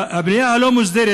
הבנייה הלא-מוסדרת,